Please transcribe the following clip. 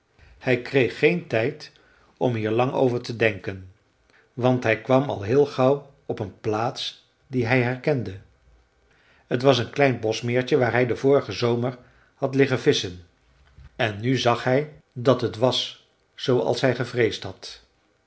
hij kreeg geen tijd om hier lang over te denken want hij kwam al heel gauw op een plaats die hij herkende t was een klein boschmeertje waar hij den vorigen zomer had liggen visschen en nu zag hij dat het was zooals hij gevreesd had